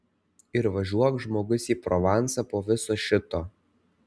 ir važiuok žmogus į provansą po viso šito